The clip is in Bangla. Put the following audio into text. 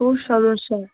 খুব সমস্যা